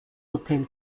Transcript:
hotel